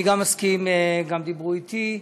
אני גם מסכים, וגם דיברו אתי,